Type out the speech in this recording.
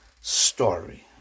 story